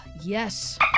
Yes